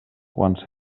quan